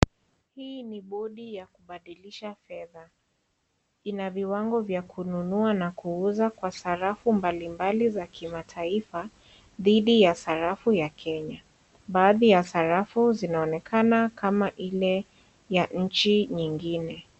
Hii ni bodi ya kubadilisha fedha. Ina viwango vya kununua na kuuza kwa sarafu mbalimbali za kimataifa, dhidi ya sarafu ya Kenya, baadhi ya sarafu zinaonekana kama ile ya nchi nyingine.